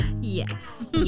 yes